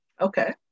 Okay